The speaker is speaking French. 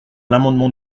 l’amendement